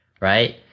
right